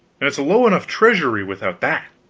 and it's a low enough treasury without that.